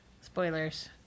spoilers